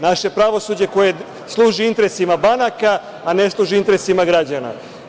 Naše pravosuđe služi interesima banaka, a ne služi interesima građana.